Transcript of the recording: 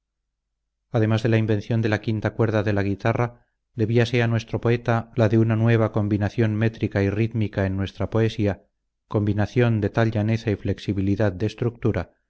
además de la invención de la quinta cuerda de la guitarra debiase a nuestro poeta la de una nueva combinación métrica y rítmica en nuestra poesía combinación de tal llaneza y flexibilidad de estructura